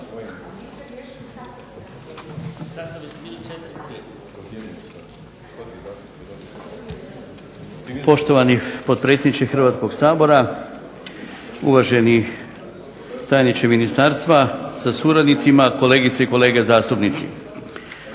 Poštovani potpredsjedniče Hrvatskog sabora, uvaženi tajniče ministarstva sa suradnicima, kolegice i kolege zastupnici.